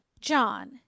John